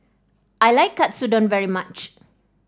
I like Katsudon very much